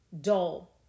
dull